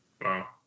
Wow